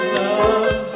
love